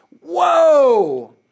Whoa